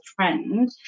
trend